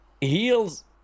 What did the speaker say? Heals